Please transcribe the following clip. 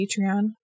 Patreon